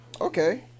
Okay